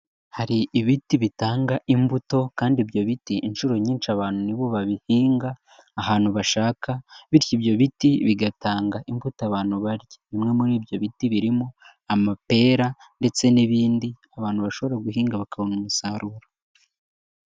Hari ibiti bitanga imbuto kandi ibyo biti inshuro nyinshi abantu ni bo babihinga ahantu bashaka bityo ibyo biti bigatanga imbuto abantu barya. Bimwe muri ibyo biti birimo amapera ndetse n'ibindi abantu bashobora guhinga bakabona umusaruro.